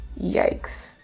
yikes